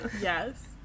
yes